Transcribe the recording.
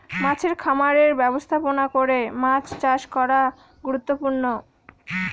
মাছের খামারের ব্যবস্থাপনা করে মাছ চাষ করা গুরুত্বপূর্ণ